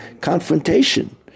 confrontation